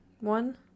one